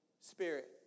Spirit